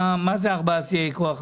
מה זה 4 שיאי כוח אדם?